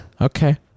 Okay